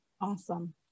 Awesome